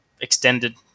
extended